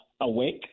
awake